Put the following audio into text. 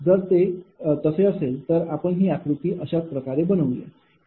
जर ते तसे असेल तर आपण ही आकृती अशाप्रकारे बनवून या